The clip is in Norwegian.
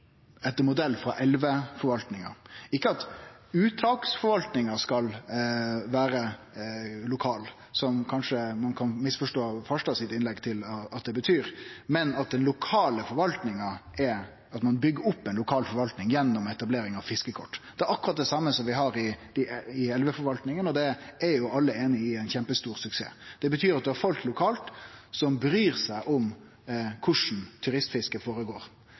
etter modell av elveforvaltninga, ikkje at uttaksforvaltninga skal vere lokal, slik ein kanskje kan forstå – eller misforstå – av innlegget til representanten Farstad at det betyr, men at ein byggjer opp ei lokal forvaltning gjennom etablering av fiskekort. Det er akkurat det same som vi har i elveforvaltninga, og det er alle einige om er ein kjempestor suksess. Det betyr at ein har folk lokalt som bryr seg om korleis turistfisket